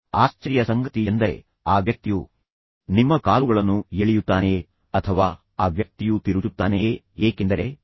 ಆಶ್ಚರ್ಯ ಸಂಗತಿ ಎಂದರೆ ಆ ವ್ಯಕ್ತಿಯು ನಿಮ್ಮ ಕಾಲುಗಳನ್ನು ಎಳೆಯುತ್ತಾನೆಯೇ ಅಥವಾ ಆ ವ್ಯಕ್ತಿಯು ತಿರುಚುತ್ತಾನೆಯೇ ಮತ್ತು ನಿಮ್ಮಿಂದ ಏನನ್ನಾದರೂ ಪಡೆಯಲು ಪ್ರಯತ್ನಿಸುತ್ತಾನೆಯೇ